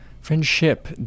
Friendship